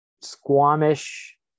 squamish